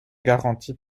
garantit